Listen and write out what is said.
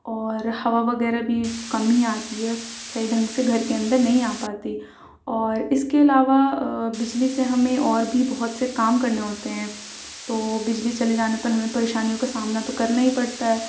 اور ہوا وغیرہ بھی کم ہی آتی ہے صحیح ڈھنگ سے گھر کے اندر نہیں آ پاتی اور اس کے علاوہ بجلی سے ہمیں اور بھی بہت سے کام کرنے ہوتے ہیں تو بجلی چلے جانے پر ہمیں پریشانیوں کا سامنا تو کرنا ہی پڑتا ہے